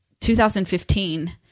2015